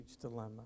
dilemma